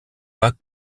pas